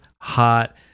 Hot